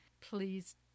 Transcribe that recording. please